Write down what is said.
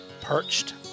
perched